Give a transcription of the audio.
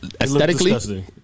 aesthetically